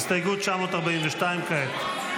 הצבעה כעת.